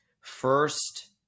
first